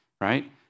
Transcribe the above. right